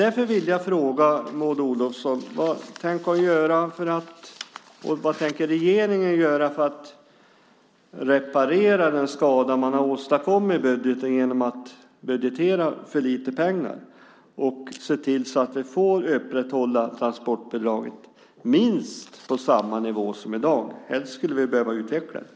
Därför vill jag fråga Maud Olofsson: Vad tänker regeringen göra för att reparera den skada man har åstadkommit i budgeten genom att budgetera för lite pengar och se till så att vi kan upprätthålla transportbidraget på minst samma nivå som i dag? Helst skulle vi behöva utveckla det.